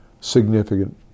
significant